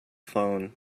phone